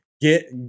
Get